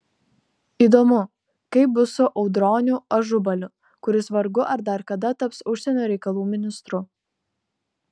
įdomu kaip bus su audroniu ažubaliu kuris vargu ar dar kada taps užsienio reikalų ministru